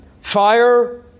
fire